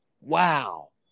Wow